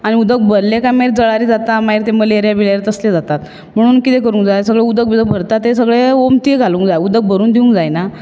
आनीक उदक भरलें की मागीर जळारी जातात आनी मागीर तें मलेरिया बिलेरिया तसलें जातात म्हणून कितें करूंक जाय सगळें उदक बिदक भरता तें ओमत्यो घालूंक जाय उदक भरूंक दिवंक जायना